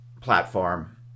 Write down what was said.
platform